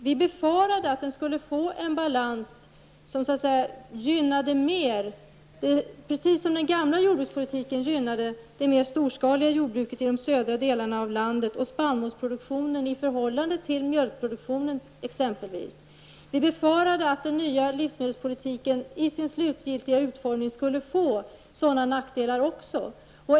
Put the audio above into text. Vi befarade att den skulle få en balans som i likhet med den gamla jordbrukspolitiken gynnade de mer storskaliga jordbruken i den södra delen av landet och spannmålsproduktionen i förhållande till mjölkproduktionen. Vi befarade att den nya livsmedelspolitiken i sin slutgiltiga utformning skulle få sådana nackdelar också.